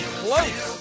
close